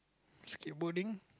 skateboarding